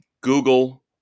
google